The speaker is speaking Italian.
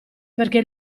perché